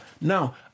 now